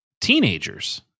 teenagers